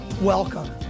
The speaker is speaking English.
welcome